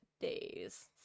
days